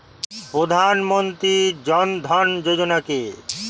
প্রধানমন্ত্রী জনধন যোজনা কি?